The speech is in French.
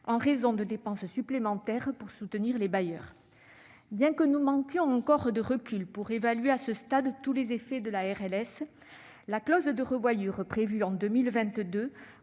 en raison de dépenses supplémentaires pour soutenir les bailleurs. Bien que nous manquions encore de recul pour évaluer à ce stade tous les effets de la RLS, la clause de revoyure prévue pour 2022